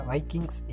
Vikings